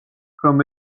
რომ